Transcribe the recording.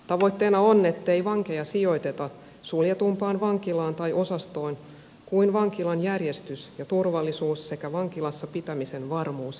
tavoitteena on ettei vankeja sijoiteta suljetumpaan vankilaan tai osastoon kuin vankilan järjestys ja turvallisuus sekä vankilassa pitämisen varmuus edellyttävät